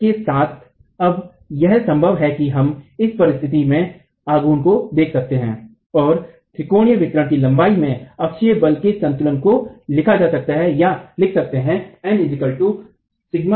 इसके साथ अब यह संभव है की हम इस परिस्तिथि में आघूर्ण को देख सकते है उस त्रिकोणीय वितरण की लंबाई में अक्षीय बल में संतुलन को लिखा जा सकता है या लिख सकते है